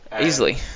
Easily